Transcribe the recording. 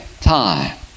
time